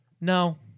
no